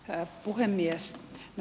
arvoisa puhemies